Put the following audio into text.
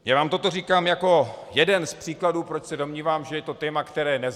Já vám toto říkám jako jeden z příkladů, proč se domnívám, že je to téma, které nezhaslo.